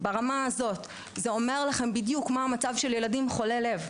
זה אומר לכם בדיוק מה מצבם של ילדים חולי לב.